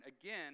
again